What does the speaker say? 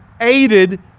aided